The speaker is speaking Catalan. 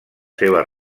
seves